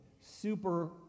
super